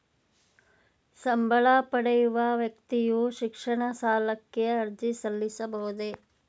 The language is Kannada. ಸಂಬಳ ಪಡೆಯುವ ವ್ಯಕ್ತಿಯು ಶಿಕ್ಷಣ ಸಾಲಕ್ಕೆ ಅರ್ಜಿ ಸಲ್ಲಿಸಬಹುದೇ?